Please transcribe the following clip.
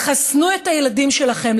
חסנו את הילדים שלכם,